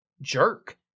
jerk